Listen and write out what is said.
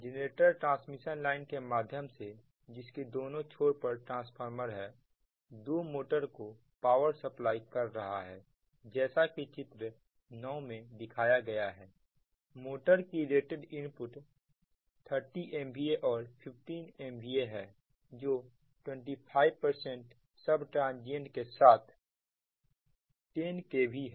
generator transmission line के माध्यम से जिसके दोनों छोर पर ट्रांसफार्मर है दो मोटर को पावर सप्लाई कर रहा है जैसा कि चित्रों 9 में दिखाया गया है मोटर की रेटेड इनपुट 30 MVA और 15 MVA है जो 25 सब ट्रांजियंट रिएक्टेंस के साथ 10 kv है